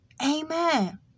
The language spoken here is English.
Amen